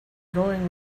going